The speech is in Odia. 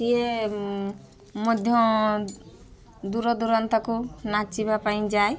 ସିଏ ମଧ୍ୟ ଦୂରଦୂରାନ୍ତକୁ ନାଚିବା ପାଇଁ ଯାଏ